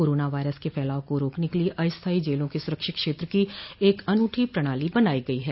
corona virus के फैलाव को रोकने के लिए अस्थायी जेलों के सुरक्षित क्षेत्र की एक अनूठी प्रणाली बनाई गई है